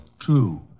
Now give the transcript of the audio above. True